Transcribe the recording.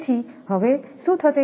તેથી હવે શું થશે